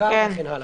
הדבקה וכן הלאה.